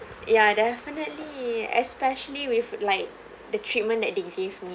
ya definitely especially with like the treatment that they gave me